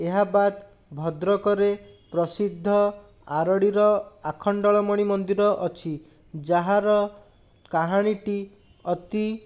ଏହା ବାଦ୍ ଭଦ୍ରକରେ ପ୍ରସିଦ୍ଧ ଆରଡ଼ିର ଆଖଣ୍ଡଳମଣୀ ମନ୍ଦିର ଅଛି ଯାହାର କାହାଣୀଟି ଅତି